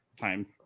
time